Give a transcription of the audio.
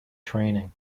training